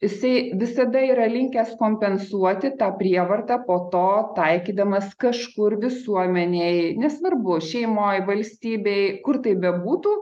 jisai visada yra linkęs kompensuoti tą prievartą po to taikydamas kažkur visuomenėj nesvarbu šeimoj valstybėj kur tai bebūtų